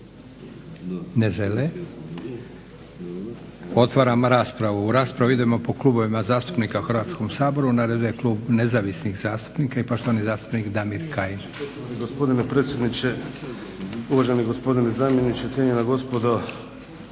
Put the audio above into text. Ne žele. Otvaram raspravu. U raspravu idemo po klubovima zastupnika u Hrvatskom saboru. Na redu je Klub nezavisnih zastupnika i poštovani zastupnik Damir Kajin. **Kajin, Damir (Nezavisni)** Poštovani gospodine